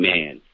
Man